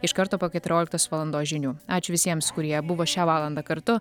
iš karto po keturioliktos valandos žinių ačiū visiems kurie buvo šią valandą kartu